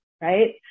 right